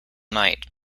night